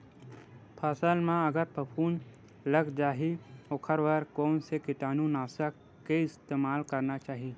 फसल म अगर फफूंद लग जा ही ओखर बर कोन से कीटानु नाशक के इस्तेमाल करना चाहि?